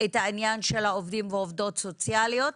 את העניין של העובדים והעובדות הסוציאליות,